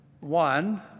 One